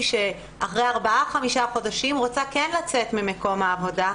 שאחרי ארבעה או חמישה חודשים רוצה לצאת ממקום העבודה,